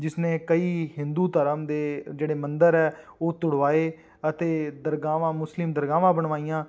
ਜਿਸ ਨੇ ਕਈ ਹਿੰਦੂ ਧਰਮ ਦੇ ਜਿਹੜੇ ਮੰਦਰ ਹੈ ਉਹ ਤੁੜਵਾਏ ਅਤੇ ਦਰਗਾਹਾਂ ਮੁਸਲਿਮ ਦਰਗਾਹਾਂ ਬਣਵਾਈਆਂ